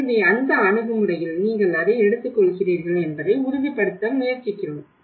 எனவே அந்த அணுகுமுறையில் நீங்கள் அதை எடுத்துக்கொள்கிறீர்கள் என்பதை உறுதிப்படுத்த முயற்சிக்கிறோம்